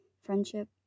friendship